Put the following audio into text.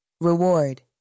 Reward